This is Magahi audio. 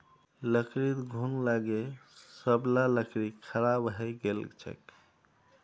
लकड़ीत घुन लागे सब ला लकड़ी खराब हइ गेल छेक